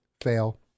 fail